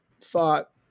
thought